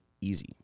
easy